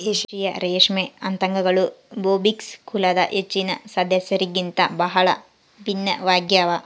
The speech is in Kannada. ದೇಶೀಯ ರೇಷ್ಮೆ ಪತಂಗಗಳು ಬೊಂಬಿಕ್ಸ್ ಕುಲದ ಹೆಚ್ಚಿನ ಸದಸ್ಯರಿಗಿಂತ ಬಹಳ ಭಿನ್ನವಾಗ್ಯವ